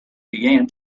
began